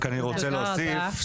אני רוצה להוסיף,